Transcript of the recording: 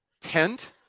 tent